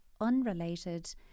unrelated